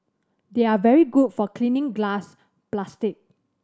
they are very good for cleaning glass plastic